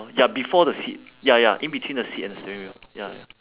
ya before the seat ya ya in between the seat and the steering wheel ya